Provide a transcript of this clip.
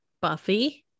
buffy